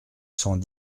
cent